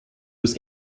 was